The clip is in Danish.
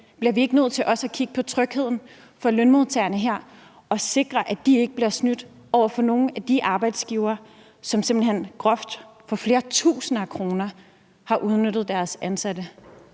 Bliver vi ikke nødt til også at kigge på trygheden for lønmodtagerne her og sikre, at de ikke bliver snydt af nogle af de arbejdsgivere, som simpelt hen for flere tusinder af kroner har udnyttet deres ansatte